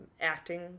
acting